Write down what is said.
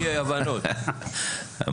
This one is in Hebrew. שר הרווחה והביטחון החברתי